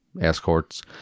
escorts